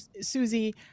Susie